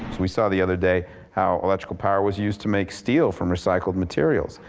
we saw the other day how electrical power was used to make steel from recycled materials.